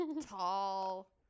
tall